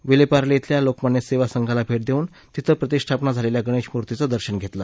विलेपार्ले धिल्या लोकमान्य सेवा संघाला भेट देऊन तिथं प्रतिष्ठापना झालेल्या गणेशमूर्तीचं दर्शन घेतलं